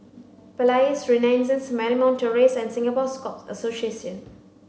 Palais Renaissance Marymount Terrace and Singapore Scout Association